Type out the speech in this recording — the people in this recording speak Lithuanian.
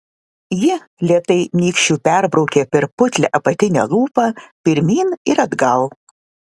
ji lėtai nykščiu perbraukė per putlią apatinę lūpą pirmyn ir atgal